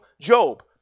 Job